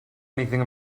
anything